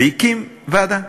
והקים ועדה?